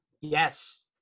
yes